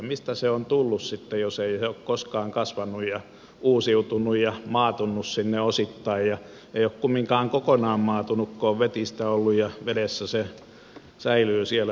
mistä se on tullut sitten jos ei se ole koskaan kasvanut uusiutunut ja maatunut sinne osittain ei ole kumminkaan kokonaan maatunut kun on vetistä ollut ja vedessä se säilyy siellä